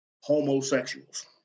homosexuals